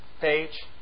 Page